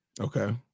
Okay